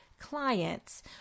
clients